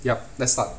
yup let's start